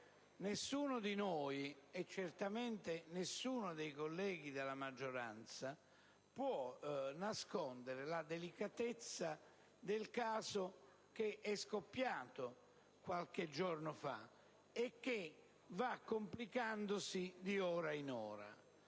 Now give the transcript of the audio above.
Nessuno di noi, e certamente nessuno dei colleghi della maggioranza, può nascondere la delicatezza del caso che è scoppiato qualche giorno fa e che va complicandosi di ora in ora.